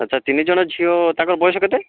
ଆଚ୍ଛା ତିନିଜଣ ଝିଅ ତାଙ୍କ ବୟସ କେତେ